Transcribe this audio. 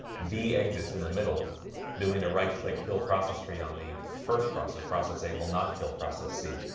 b exits in the middle doing a right-click kill process tree on the first process process a will not kill process c